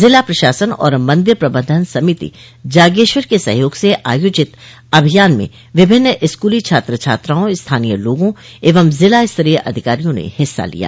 जिला प्रशासन और मंदिर प्रबन्धन समिति जागेश्वर के सहयोग से आयोजित अभियान में विभिन्न स्कूली छात्र छात्रों स्थानीय लोगों एवं जिला स्तरीय अधिकारियों ने हिस्सा लिया